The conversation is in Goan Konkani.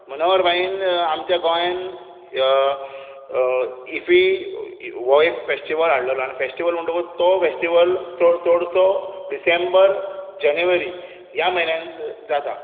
मनोहर भाईन आमच्या गोंयांत इफ्फी हो एक फॅस्टीव्हल हाडिल्लो आनी फॅस्टीव्हल म्हणटकूच तो चडसो डिसेंबर जानेवारी ह्या म्हयन्यांत जाता